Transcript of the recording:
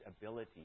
ability